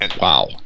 Wow